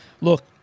look